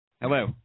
Hello